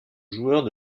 joueurs